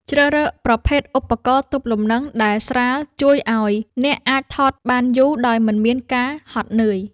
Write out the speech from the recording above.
ជ្រើសរើសប្រភេទឧបករណ៍ទប់លំនឹងដែលស្រាលជួយឱ្យអ្នកអាចថតបានយូរដោយមិនមានការហត់នឿយ។